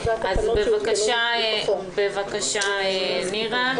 בבקשה, נירה.